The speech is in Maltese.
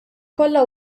kollha